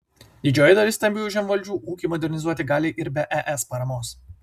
didžioji dalis stambiųjų žemvaldžių ūkį modernizuoti gali ir be es paramos